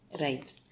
Right